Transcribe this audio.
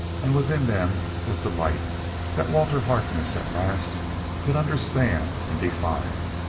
and within them was the light that walter harkness at last could understand and define.